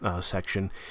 section